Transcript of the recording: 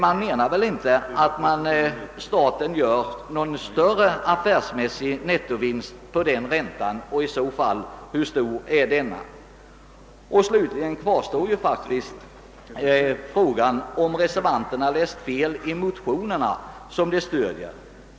Man menar väl inte att staten gör någon större affärsmässig nettovinst på den räntan? Hur stor är den i så fall? Slutligen kvarstår frågan om reservanterna läst fel i de motioner som de stöder.